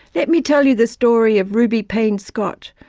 let me tell you the story of ruby payne-scott,